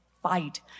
fight